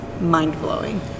mind-blowing